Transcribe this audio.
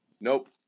Nope